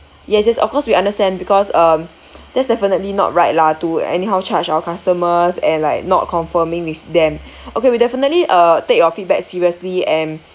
yes yes of course we understand because um that's definitely not right lah to anyhow charge our customers and like not confirming with them okay we definitely uh take your feedback seriously and